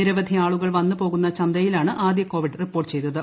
നിരവധി ആളുകൾ വന്നുപോകുന്ന ചന്തയിലാണ് ആദ്യ കോവിഡ് റിപ്പോർട്ട് ചെയ്തത്